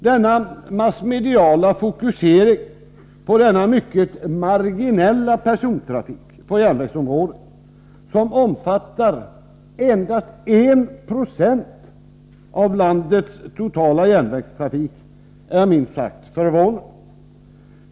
Den massmediala fokuseringen på denna mycket marginella persontrafik, som omfattar endast 1 20 av landets totala järnvägstrafik, är minst sagt förvånande.